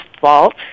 fault